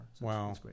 Wow